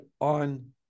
on